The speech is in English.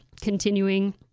continuing